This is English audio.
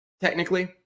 technically